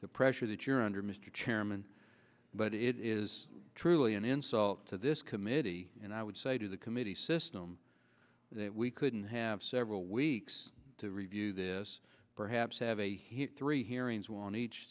the pressure that you're under mr chairman but it is truly an insult to this committee and i would say to the committee system that we couldn't have several weeks to review this perhaps have a three hearings on each